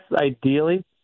ideally